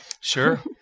Sure